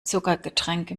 zuckergetränke